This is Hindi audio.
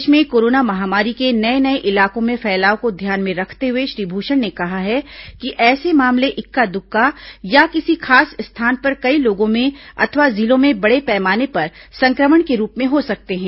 देश में कोरोना महामारी के नये नये इलाकों में फैलाव को ध्यान में रखते हुए श्री भूषण ने कहा है कि ऐसे मामले इक्का दुक्का या किसी खास स्थान पर कई लोगों में अथवा जिलों में बड़े पैमाने पर संक्रमण के रूप में हो सकते हैं